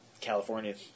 California